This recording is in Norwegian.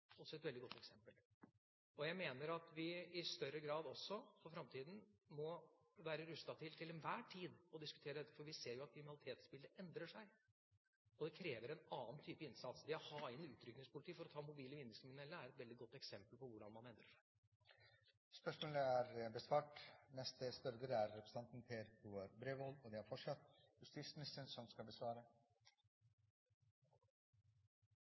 også et veldig godt eksempel. Jeg mener at vi i større grad også for framtida til enhver tid må være rustet til å diskutere dette, for vi ser at kriminalitetsbildet endrer seg. Det krever en annen type innsats. Det å ta inn utrykningspolitiet for å ta mobile vinningskriminelle er et veldig godt eksempel på hvordan man endrer seg. Jeg ønsker å stille justisministeren følgende spørsmål: «I 2009 åpnet Politihøgskolen i Kongsvinger i Hedmark. De som